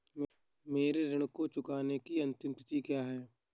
मेरे ऋण को चुकाने की अंतिम तिथि क्या है?